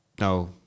No